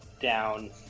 down